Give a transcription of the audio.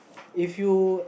if you